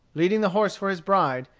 leading the horse for his bride,